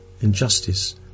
injustice